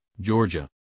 georgia